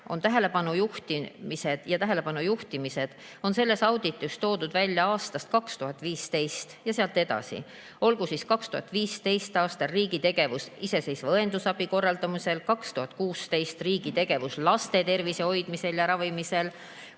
on tähelepanu juhtimised. Ja tähelepanu juhtimised on selles auditis toodud välja aastast 2015 ja sealt edasi, olgu siis 2015. aastal "Riigi tegevus iseseisva õendusabi korraldamisel", 2016 "Riigi tegevus laste tervise hoidmisel ja ravimisel",